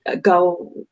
go